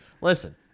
Listen